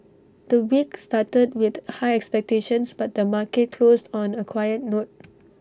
the week started with high expectations but the market closed on A quiet note